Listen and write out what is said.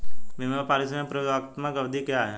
बीमा पॉलिसी में प्रतियोगात्मक अवधि क्या है?